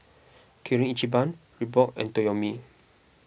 Kirin Ichiban Reebok and Toyomi